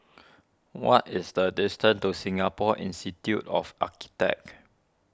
what is the distance to Singapore Institute of Architects